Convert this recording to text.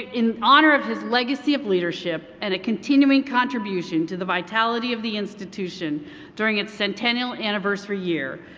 in honor of his legacy of leadership and a continuing contribution to the vitality of the institution during its centennial anniversary year,